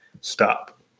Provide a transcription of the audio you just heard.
stop